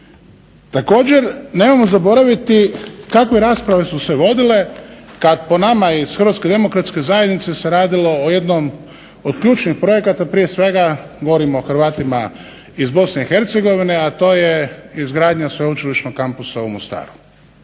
Također, nemojmo zaboraviti kakve rasprave su se vodile kad po nama iz Hrvatske demokratske zajednice se radilo o jednom od ključnih projekata, prije svega govorim o Hrvatima iz Bosne i Hercegovine, a to je izgradnja sveučilišnog kampusa u Mostaru.